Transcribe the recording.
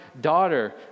daughter